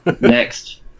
next